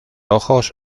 ojos